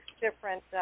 different